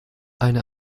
eine